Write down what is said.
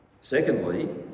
Secondly